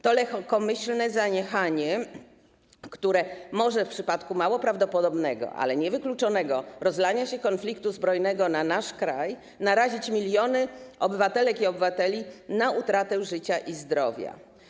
To lekkomyślne zaniechanie, które może w przypadku mało prawdopodobnego, ale niewykluczonego rozlania się konfliktu zbrojnego na nasz kraj narazić miliony obywatelek i obywateli na utratę życia i zdrowia.